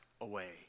away